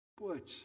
Butch